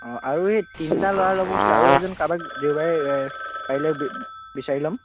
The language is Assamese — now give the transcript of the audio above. অঁ আৰু এই তিনিটা ল'ৰা ল'ব কৈছিলে আৰু এজন কাৰোবাক দেওবাৰে পাৰিলে বি বিচাৰি ল'ম